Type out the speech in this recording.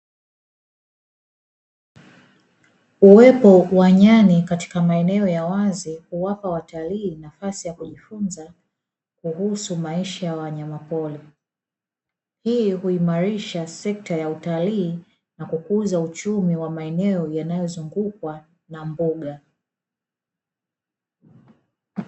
Uwepo wa nyani katika maeneo ya wazi huwapa watalii kujifunza kuhusu maisha ya wanyamapori, hii huimarisha sekta ya utalii na kukuza uchumi wa maeneo yanayozungukwa na mbuga.